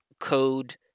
Code